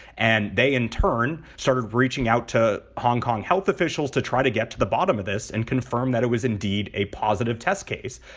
and they, in turn, started reaching out to hong kong health officials to try to get to the bottom of this and confirm that it was indeed a positive test case.